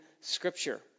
scripture